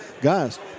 guys